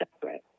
separate